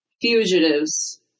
fugitives